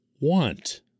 want